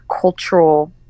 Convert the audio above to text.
cultural